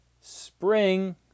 Spring